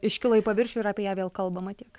iškilo į paviršių ir apie ją vėl kalbama tiek